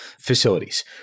facilities